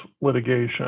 litigation